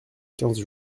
quinze